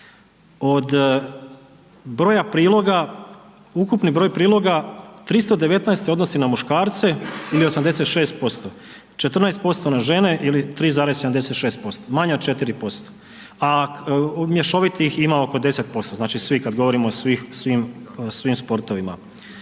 Od broja priloga, ukupni broj priloga, 319 se odnosi na muškarce ili 86%, 14% na žene ili 3,76%, manje od 4%, a mješovitih ima oko 10%, znači svi, kad govorimo o svim sportovima.